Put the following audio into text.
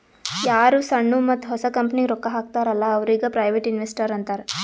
ಯಾರು ಸಣ್ಣು ಮತ್ತ ಹೊಸ ಕಂಪನಿಗ್ ರೊಕ್ಕಾ ಹಾಕ್ತಾರ ಅಲ್ಲಾ ಅವ್ರಿಗ ಪ್ರೈವೇಟ್ ಇನ್ವೆಸ್ಟರ್ ಅಂತಾರ್